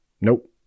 nope